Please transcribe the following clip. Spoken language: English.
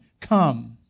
Come